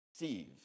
receive